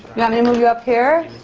yeah me to move you up here?